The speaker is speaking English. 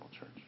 Church